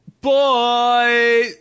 Boy